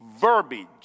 verbiage